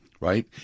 right